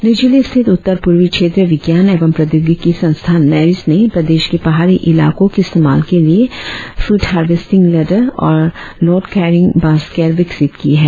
निरजुली स्थित उत्तर पूर्वी क्षेत्रीय विज्ञान एवं प्रौद्योगिकी संस्थान नेरिस्ट ने प्रदेश के पहाड़ी इलाकों के इस्तेमाल के लिए फ्रूट हार्वेस्टिंग लेडर और लोड केरिंग बासकेट विकसित की है